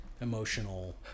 emotional